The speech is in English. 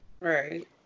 Right